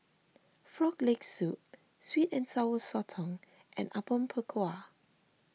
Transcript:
Frog Leg Soup Sweet and Sour Sotong and Apom Berkuah